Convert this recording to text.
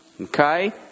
Okay